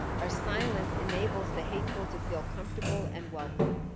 our silence enables the hateful to feel comfortable and welcome.